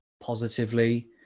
positively